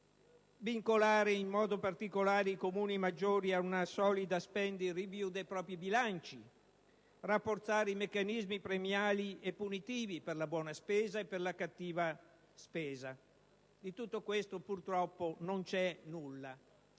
vincolare in modo particolare i Comuni maggiori a una solida *spending* *review* dei propri bilanci, rafforzare i meccanismi premiali e punitivi per la buona e la cattiva spesa. Di tutto questo purtroppo non c'è nulla.